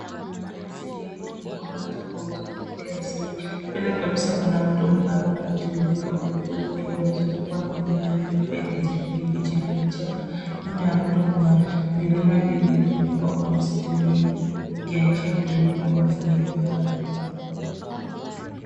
Mandhari ya asili yaliofungua macho kwa uzuri wake wa asili. Mbele kabisa kuna mto pana unayotiririka polepole ukiwa umezunguka mimea mirefu ya kijani kibichi na vichaka. Nyuma ya mto kuna milima iliyo funikwa kwa misitu minne ikionyesha utulivu wa mazingira hayo.